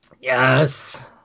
Yes